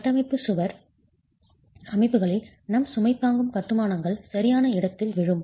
கட்டமைப்பு சுவர் அமைப்புகளில் நம் சுமை தாங்கும் கட்டுமானங்கள் சரியான இடத்தில் விழும்